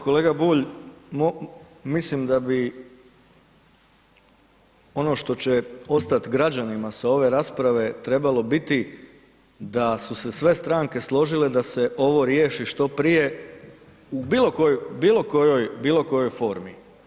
Kolega Bulj, mislim da bi ono što će ostati građanima sa ove rasprave trebalo biti da su se sve stranke složile da se ovo riješi što prije u bilo kojoj, bilo kojoj formi.